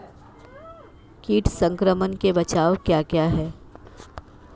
कीट संक्रमण के बचाव क्या क्या हैं?